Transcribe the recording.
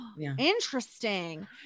Interesting